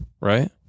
Right